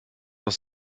noch